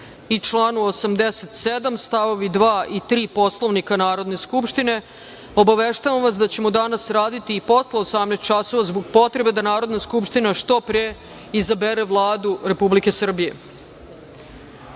i članu 87, stavovi 2. i 3. Poslovnika Narodne skupštine, obaveštavam vas da ćemo danas raditi i posle 18.00 časova zbog potrebe da Narodna skupština što pre izabere Vladu Republike Srbije.Za